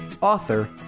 author